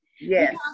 Yes